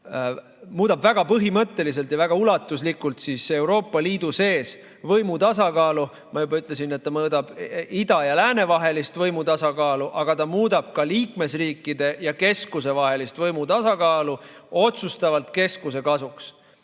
muudab väga põhimõtteliselt ja väga ulatuslikult Euroopa Liidu sees võimu tasakaalu. Ma juba ütlesin, et ta muudab ida ja lääne vahelist võimu tasakaalu, aga ta muudab ka liikmesriikide ja keskuse vahelist võimu tasakaalu otsustavalt keskuse kasuks.